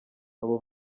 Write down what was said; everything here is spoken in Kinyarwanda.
abo